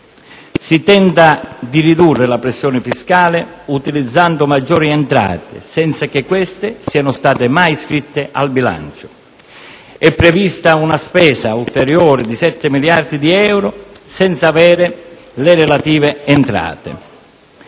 Si tenta di ridurre la pressione fiscale utilizzando maggiori entrate senza che queste siano state mai iscritte al bilancio. È prevista una spesa ulteriore di 7 miliardi di euro senza avere le relative entrate.